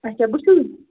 اَچھا بہٕ چھُس